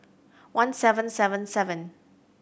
one seven seven seven